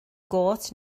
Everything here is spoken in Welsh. gôt